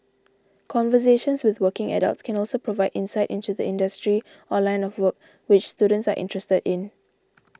conversations with working adults can also provide insight into the industry or line of work which students are interested in